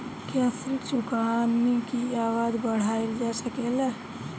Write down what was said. क्या ऋण चुकाने की अवधि बढ़ाईल जा सकेला?